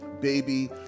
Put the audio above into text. baby